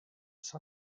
son